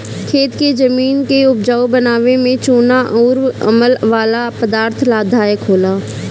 खेत के जमीन के उपजाऊ बनावे में चूना अउर अमल वाला पदार्थ लाभदायक होला